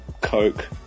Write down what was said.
coke